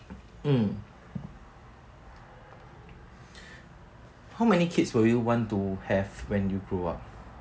mm how many kids would you want to have when you grow up